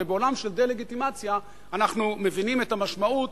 ובעולם של דה-לגיטימציה אנחנו מבינים את המשמעות